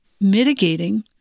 mitigating